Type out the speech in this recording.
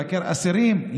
לבקר אסירים,